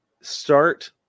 start